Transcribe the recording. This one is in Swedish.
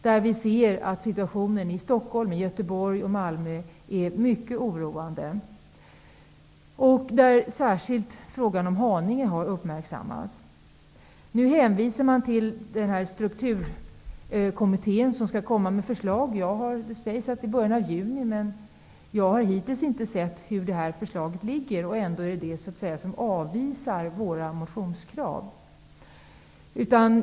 Vi anser att situationen i Stockholm, Göteborg och Malmö är mycket oroande. Särskilt frågan om Haninge kommun har uppmärksammats. Nu görs en hänvisning till Strukturkostnadsutredningen som skall lägga fram förslag. Det sägs att det skall ske i början av juni. Men jag har hittills inte sett hur förslaget skall se ut, men ändå är det så att säga det som avvisar våra motionskrav.